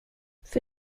för